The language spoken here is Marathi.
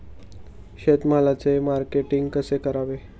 शेतमालाचे मार्केटिंग कसे करावे?